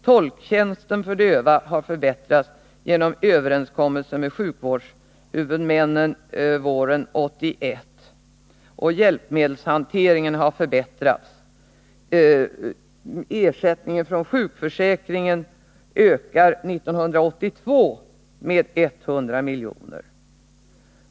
Tolktjänsten för döva har förbättrats genom regeringens överenskommelse med sjukvårdshuvudmännen våren 1981. Hjälpmedelshanteringen har förbättrats. Ersättningen från sjukförsäkringen till sjukvårdshuvudmännen ökar år 1982 med ca 100 milj.kr.